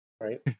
Right